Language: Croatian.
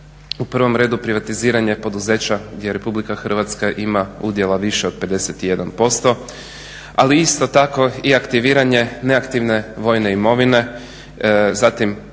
u provom redu privatiziranje poduzeća gdje RH ima udjela više od 51%, ali isto tako i aktiviranje neaktivne vojne imovine, zatim